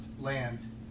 land